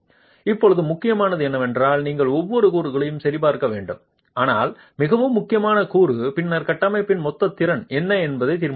இப்போது முக்கியமானது என்னவென்றால் நீங்கள் ஒவ்வொரு கூறுகளையும் சரிபார்க்க வேண்டும் ஆனால் மிக முக்கியமான கூறு பின்னர் கட்டமைப்பின் மொத்த திறன் என்ன என்பதை தீர்மானிக்கிறது